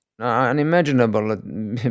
Unimaginable